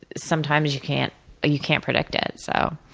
sometimes you can't you can't predict it, so.